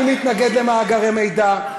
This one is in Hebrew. אני מתנגד למאגרי מידע.